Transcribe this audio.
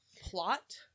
plot